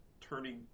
turning